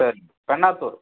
சரி பெண்ணாத்துார்